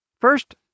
First